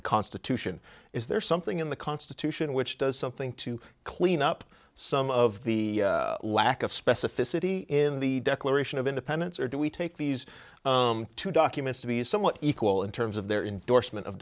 the constitution is there something in the constitution which does something to clean up some of the lack of specificity in the declaration of independence or do we take these two documents to be somewhat equal in terms of their indorsement of